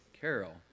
Carol